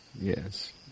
Yes